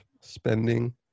spending